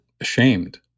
ashamed